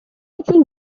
үчүн